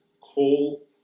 call